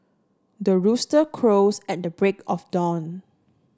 the rooster crows at the break of dawn